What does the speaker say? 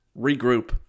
regroup